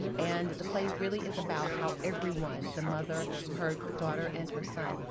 and the play really is about how everyone the mother, her daughter, and her son,